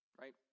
right